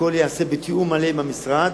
הכול ייעשה בתיאום מלא עם המשרד.